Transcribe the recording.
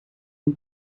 een